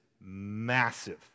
massive